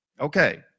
Okay